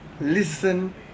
listen